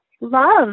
love